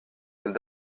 elles